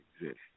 exist